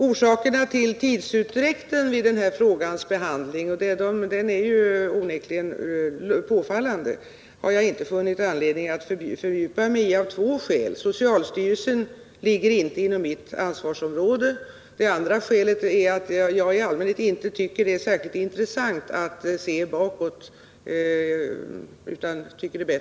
Orsakerna till tidsutdräkten — vilken ju onekligen är påfallande stor — har jag inte funnit anledning att fördjupa mig i, och detta av två skäl: dels ligger socialstyrelsen inte inom mitt ansvarsområde, dels finner jag det inte särskilt intressant att se bakåt i tiden.